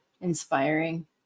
inspiring